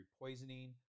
poisoning